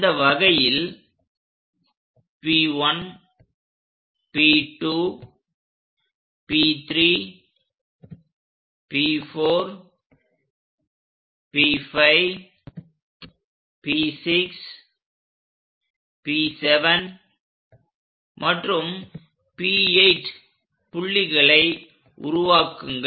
அந்த வகையில் P1 P2 P3 P4 P5 P6 P7 மற்றும் P8 புள்ளிகளை உருவாக்குங்கள்